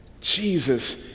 Jesus